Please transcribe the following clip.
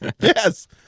Yes